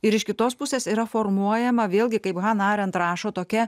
ir iš kitos pusės yra formuojama vėlgi kaip hana arent rašo tokia